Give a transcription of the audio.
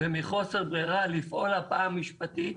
מחוסר ברירה לפעול הפעם משפטית